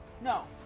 no